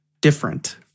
different